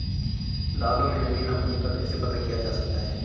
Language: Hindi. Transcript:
दालों में नमी न होने का कैसे पता किया जा सकता है?